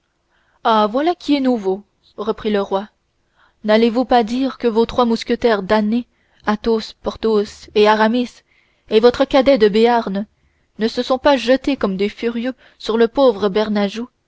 ah voilà qui est nouveau reprit le roi n'allez-vous pas dire que vos trois mousquetaires damnés athos porthos et aramis et votre cadet de béarn ne se sont pas jetés comme des furieux sur le pauvre